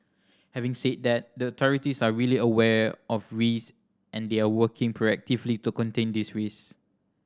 having said that the authorities are really aware of risk and they are working proactively to contain these risk